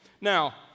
Now